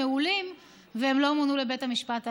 מעולים והם לא מונו לבית המשפט העליון,